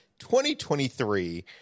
2023